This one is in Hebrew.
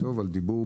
תחשוב על משחק,